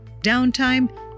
downtime